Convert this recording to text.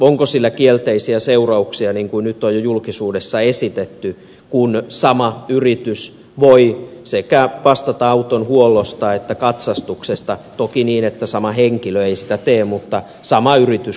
onko sillä kielteisiä seurauksia niin kuin nyt on jo julkisuudessa esitetty kun sama yritys voi sekä vastata auton huollosta että katsastuksesta toki niin että sama henkilö ei sitä tee mutta sama yritys kuitenkin